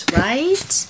right